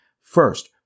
First